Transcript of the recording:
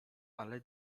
ale